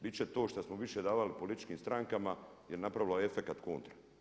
Bit će to što smo više davali političkim strankama je napravilo efekt kontra.